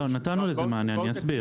לא, נתנו לזה מענה, אני אסביר.